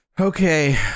Okay